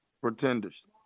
Pretenders